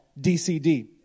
DCD